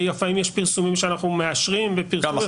ולפעמים יש פרסומים שאנחנו מאשרים --- כמה?